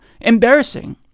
Embarrassing